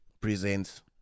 presents